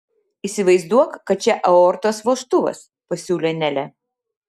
įsivaizduok kad čia aortos vožtuvas pasiūlė nelė